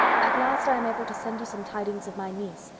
at last i am able to send you some tidings of my niece,